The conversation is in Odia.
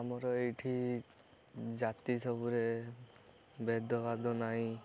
ଆମର ଏଇଠି ଜାତି ସବୁରେ ଭେଦଭାଦ ନାହିଁ